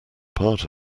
part